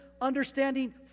understanding